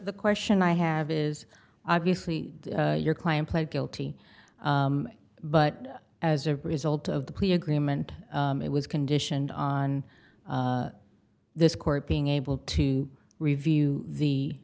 the question i have is obviously your client pled guilty but as a result of the plea agreement it was conditioned on this court being able to review the